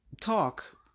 talk